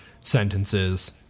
sentences